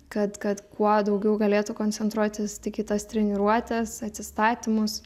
kad kad kuo daugiau galėtų koncentruotis tik į tas treniruotes atsistatymus